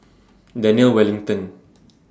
Daniel Wellington